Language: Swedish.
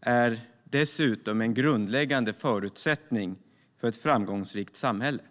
är dessutom en grundläggande förutsättning för ett framgångsrikt samhälle.